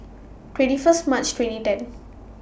twenty First March twenty ten